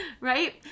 right